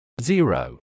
zero